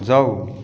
जाऊ